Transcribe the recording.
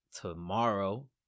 tomorrow